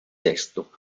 desktop